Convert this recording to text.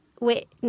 Wait